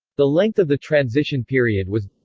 the length of the transition period was